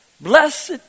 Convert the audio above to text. Blessed